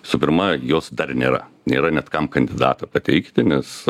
visų pirma jos dar nėra nėra net kam kandidato pateikti nes